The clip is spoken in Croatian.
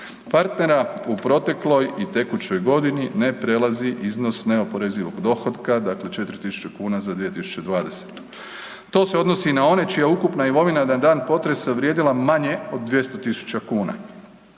partnera u protekloj i godini ne prelazi iznos neoporezivog dohotka dakle 4.000 kuna za 2020. To se donosi na one čija je ukupna imovina vrijedila manje od 200.000 kuna.